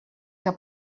que